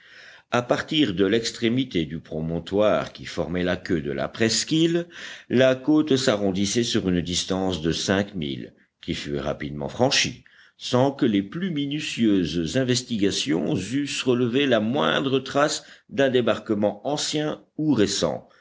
à partir de l'extrémité du promontoire qui formait la queue de la presqu'île la côte s'arrondissait sur une distance de cinq milles qui fut rapidement franchie sans que les plus minutieuses investigations eussent relevé la moindre trace d'un débarquement ancien ou récent